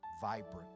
vibrant